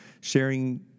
sharing